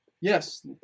Yes